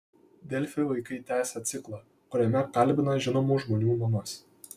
delfi vaikai tęsia ciklą kuriame kalbina žinomų žmonių mamas